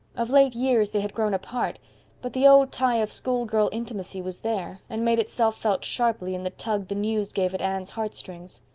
of late years they had grown apart but the old tie of school-girl intimacy was there, and made itself felt sharply in the tug the news gave at anne's heartstrings.